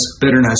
bitterness